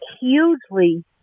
hugely